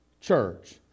church